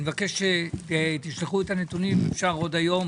אני מבקש שתשלחו את הנתונים, אם אפשר, עוד היום.